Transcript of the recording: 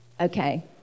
Okay